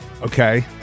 okay